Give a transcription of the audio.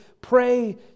pray